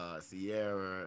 Sierra